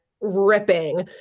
ripping